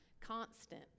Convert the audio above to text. Constant